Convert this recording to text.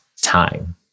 time